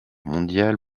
mondiale